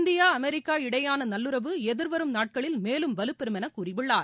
India America இடையேயான நல்லுறவு எதிர் வரும் நாட்களில் மேலும் வலுப்பெறும் என கூறியுள்ளார்